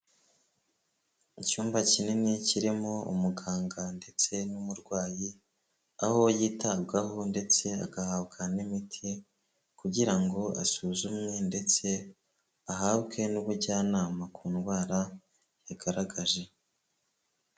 Icyumba kinini kirimo umuganga ndetse n'umurwayi, aho yitabwaho ndetse agahabwa n'imiti kugira ngo asuzumwe ndetse ahabwe n'ubujyanama ku ndwara yagaragaje.